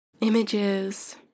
images